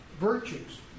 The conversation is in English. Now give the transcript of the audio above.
Virtues